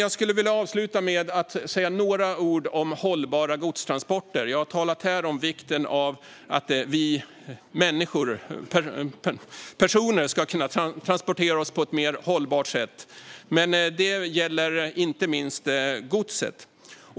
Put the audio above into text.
Jag skulle vilja avsluta med att säga några ord om hållbara godstransporter. Jag har talat här om vikten av att vi människor och personer ska kunna transportera oss på ett mer hållbart sätt, men det gäller också godset, inte minst.